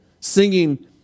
singing